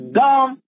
dumb